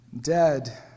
dead